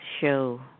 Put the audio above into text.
show